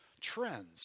trends